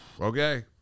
Okay